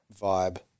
vibe